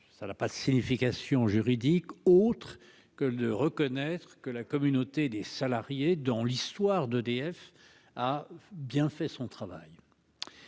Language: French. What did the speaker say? ça n'a pas de signification juridique autre que le reconnaître que la communauté des salariés dans l'histoire d'EDF a bien fait son travail.